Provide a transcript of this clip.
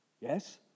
Yes